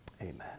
amen